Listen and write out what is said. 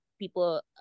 people